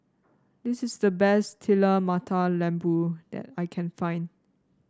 this is the best Telur Mata Lembu that I can find